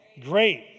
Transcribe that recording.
Great